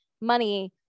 money